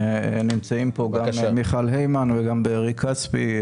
נמצאים פה גם מיכל היימן וגם בארי כספי,